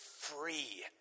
free